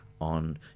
on